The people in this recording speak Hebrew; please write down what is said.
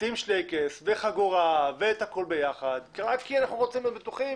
לשים שלייקעס וחגורה ואת הכול ביחד רק כי אנחנו רוצים להיות בטוחים.